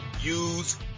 use